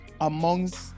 amongst